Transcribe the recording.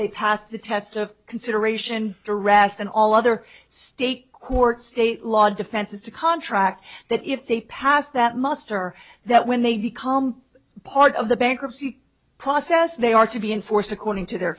they passed the test of consideration to rest and all other state courts state law defenses to contract that if they pass that muster that when they become part of the bankruptcy process they are to be enforced according to their